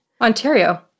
Ontario